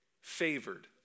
Favored